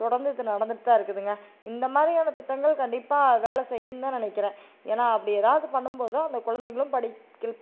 தொடர்ந்து இது நடந்துட்டுதான் இருக்குதுங்க இந்தமாதிரியான திட்டங்கள் கண்டிப்பாக வேலை செய்யுன்னு தான் நினைக்கிறேன் ஏன்னா அப்படி ஏதாவது பண்ணும்போது அந்த கொழந்தைங்களும் படிக்கி